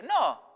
No